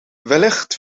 wellicht